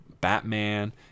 batman